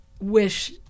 wish